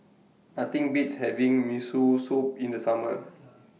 Nothing Beats having Miso Soup in The Summer